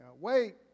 wait